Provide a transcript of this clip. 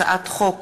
הצעת חוק